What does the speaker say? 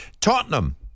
Tottenham